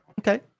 Okay